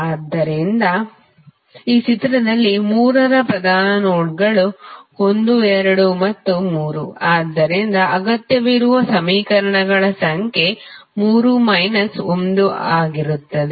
ಆದ್ದರಿಂದ ಈ ಚಿತ್ರದಲ್ಲಿ 3 ರ ಪ್ರಧಾನ ನೋಡ್ಗಳು 1 2 ಮತ್ತು 3 ಆದ್ದರಿಂದ ಅಗತ್ಯವಿರುವ ಸಮೀಕರಣಗಳ ಸಂಖ್ಯೆ 3 ಮೈನಸ್ 1 ಆಗಿರುತ್ತದೆ